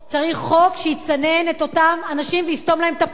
צריך חוק שיצנן את אותם אנשים ויסתום להם את הפה.